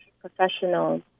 professionals